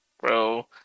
bro